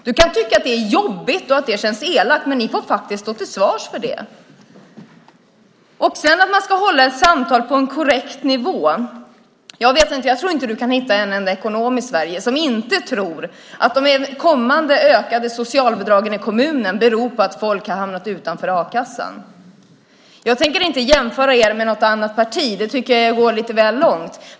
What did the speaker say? Du kan tycka att det är jobbigt och att det känns elakt, men ni får stå till svars för det. Man ska hålla samtal på en korrekt nivå, tycker Bertil Kjellberg. Jag tror inte att du kan hitta en enda ekonom i Sverige som inte tror att den kommande ökningen av socialbidragen i kommunerna beror på att folk har hamnat utanför a-kassan. Jag tänker inte jämföra er med något annat parti; det vore att gå lite väl långt.